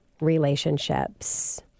relationships